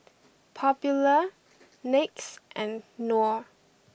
Popular Nyx and Knorr